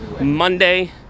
Monday